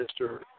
Mr